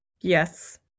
Yes